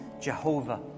Jehovah